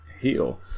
heal